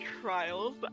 trials